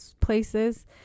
places